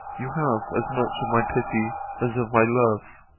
you have as much of my pity as of my love.